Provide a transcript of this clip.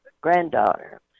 granddaughter